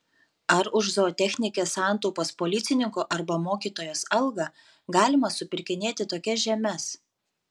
ar už zootechnikės santaupas policininko arba mokytojos algą galima supirkinėti tokias žemes